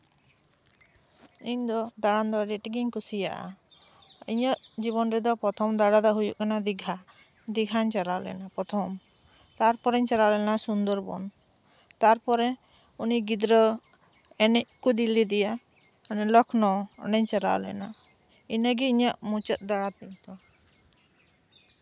ᱤᱧ ᱫᱚ ᱫᱟᱬᱟᱱ ᱫᱚ ᱟᱹᱰᱤ ᱟᱸᱴᱜᱤᱧ ᱠᱩᱥᱤᱭᱟᱜᱼᱟ ᱤᱧᱟᱹᱜ ᱡᱤᱭᱚᱱ ᱨᱮᱫᱚ ᱯᱨᱚᱛᱷᱚᱢ ᱫᱟᱬᱟ ᱫᱚ ᱦᱩᱭᱩᱜ ᱠᱟᱱᱟ ᱫᱤᱜᱷᱟ ᱫᱤᱜᱷᱟᱧ ᱪᱟᱞᱟᱣ ᱞᱮᱱᱟ ᱯᱨᱚᱛᱷᱚᱢ ᱛᱟᱨᱯᱚᱨᱮᱧ ᱪᱟᱞᱟᱣ ᱞᱮᱱᱟ ᱥᱩᱱᱫᱚᱨᱵᱚᱱ ᱛᱟᱨᱯᱚᱨᱮ ᱩᱱᱤ ᱜᱤᱫᱽᱨᱟᱹ ᱮᱱᱮᱡ ᱠᱚ ᱤᱫᱤ ᱞᱮᱫᱮᱭᱟ ᱚᱱᱮ ᱞᱚᱠᱷᱚᱱᱳ ᱚᱸᱰᱮᱧ ᱪᱟᱞᱟᱣ ᱞᱮᱱᱟ ᱤᱱᱟᱹ ᱜᱮ ᱤᱧᱟᱹᱜ ᱢᱩᱪᱟᱹᱫ ᱫᱟᱬᱟ ᱛᱤᱧ ᱫᱚ